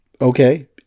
Okay